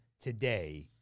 today